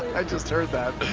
i just heard that.